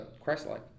Christlike